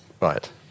Right